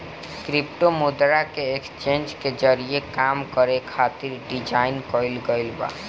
crypto मुद्रा के exchange के जरिए काम करे खातिर डिजाइन कईल गईल बा